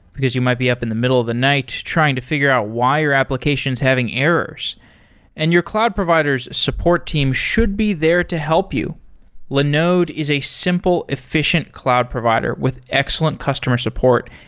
because you might be up in the middle of the night trying to figure out why your application is having errors and your cloud provider s support team should be there to help you linode is a simple, efficient cloud provider with excellent customer support.